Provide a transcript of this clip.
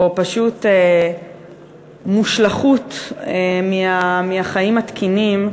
או פשוט מושלכות מהחיים התקינים,